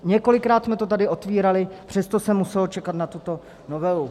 Několikrát jsme to tady otvírali, přesto se muselo čekat na tuto novelu.